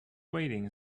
waiting